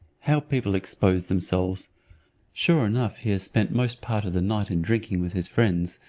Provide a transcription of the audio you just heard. how people expose themselves sure enough he has spent most part of the night in drinking with his friends,